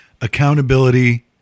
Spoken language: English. accountability